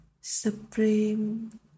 Supreme